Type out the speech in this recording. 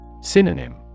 Synonym